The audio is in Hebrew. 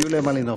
יוליה מלינובסקי.